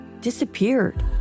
disappeared